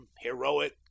heroic